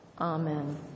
Amen